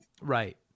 Right